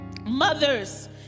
mothers